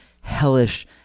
hellish